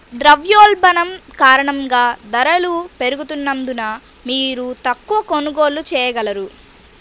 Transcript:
ద్రవ్యోల్బణం కారణంగా ధరలు పెరుగుతున్నందున, మీరు తక్కువ కొనుగోళ్ళు చేయగలరు